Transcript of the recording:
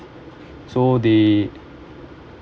so they